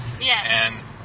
Yes